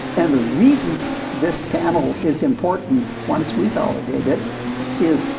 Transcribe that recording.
and the reason this panel is important once we validate it is,